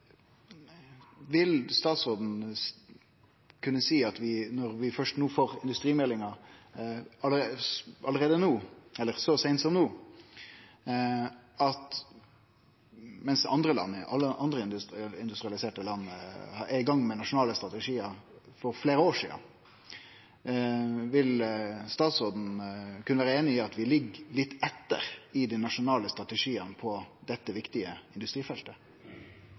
at vi, når vi først no får industrimeldinga – så seint som no, mens alle andre industrialiserte land er i gang med nasjonale strategiar for fleire år sidan – ligg litt etter i dei nasjonale strategiane på dette viktige industrifeltet?